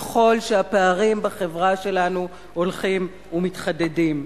ככל שהפערים בחברה שלנו הולכים ומתחדדים.